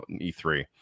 E3